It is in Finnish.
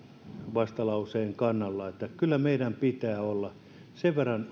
vastalauseen kannalla kyllä meidän pitää olla sen verran